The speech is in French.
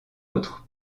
autre